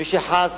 מי שחס